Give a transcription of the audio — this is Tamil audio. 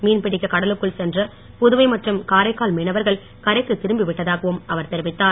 மீன் பிடிக்க கடலுக்குள் சென்ற புதுவை மற்றும் காரைக்கால் மீனவர்கள் கரைக்கு திரும்பி விட்டதாகவும் அவர் தெரிவித்தார்